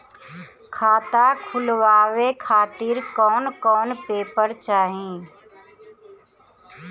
खाता खुलवाए खातिर कौन कौन पेपर चाहीं?